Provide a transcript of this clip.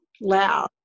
loud